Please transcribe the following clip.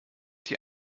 die